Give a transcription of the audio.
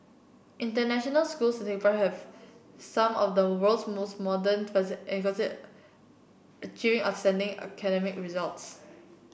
international schools in Singapore have some of the world's most modern achieve outstanding academic results